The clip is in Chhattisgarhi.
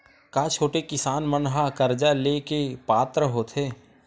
का छोटे किसान मन हा कर्जा ले के पात्र होथे?